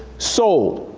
sold.